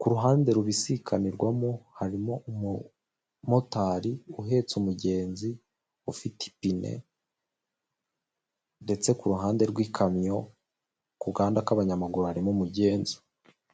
kuruhande rubisikairwamo harimo umumotari uhetse umugenzi ufite ipine ndetse kuru ruhande rw'ikamyo kugahanda k'abanyamaguru harimo umugenzi.